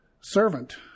servant